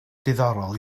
diddorol